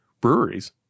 breweries